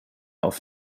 auf